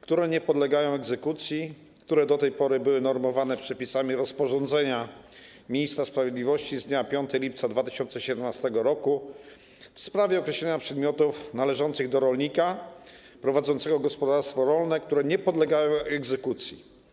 które nie podlegają egzekucji i które do tej pory były normowane przepisami rozporządzenia ministra sprawiedliwości z dnia 5 lipca 2017 r. w sprawie określenia przedmiotów należących do rolnika prowadzącego gospodarstwo rolne, które nie podlegają egzekucji.